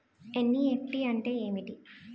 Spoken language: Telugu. ఎన్.ఈ.ఎఫ్.టి అంటే ఏమిటి?